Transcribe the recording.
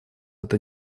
это